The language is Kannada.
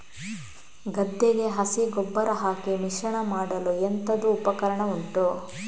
ಗದ್ದೆಗೆ ಹಸಿ ಗೊಬ್ಬರ ಹಾಕಿ ಮಿಶ್ರಣ ಮಾಡಲು ಎಂತದು ಉಪಕರಣ ಉಂಟು?